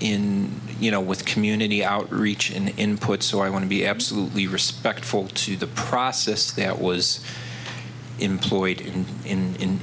in you know with community outreach in input so i want to be absolutely respectful to the process that was employed in in